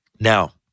Now